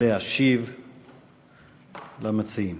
להשיב למציעים.